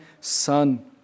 son